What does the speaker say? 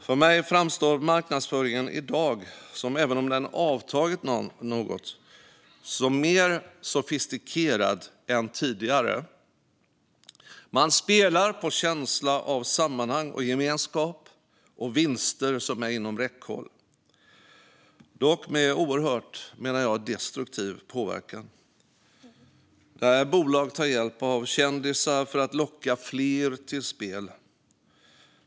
För mig framstår marknadsföringen i dag, även om den avtagit något, som mer sofistikerad än tidigare. Man spelar på känsla av sammanhang och gemenskap och vinster som är inom räckhåll. Dock menar jag att påverkan är oerhört destruktiv, med bolag som tar hjälp av olika kändisar för att locka fler till spel.